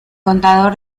contador